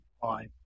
fine